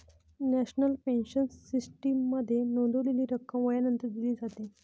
national pension सिस्टीममध्ये नोंदवलेली रक्कम वयानंतर दिली जाते